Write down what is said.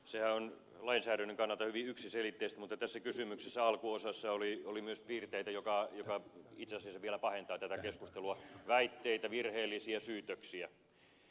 sehän on lainsäädännön kannalta hyvin yksiselitteistä mutta kysymyksen alkuosassa oli myös piirteitä jotka itse asiassa vielä pahentavat tätä keskustelua väitteitä virheellisiä syytöksiä